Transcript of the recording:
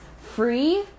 free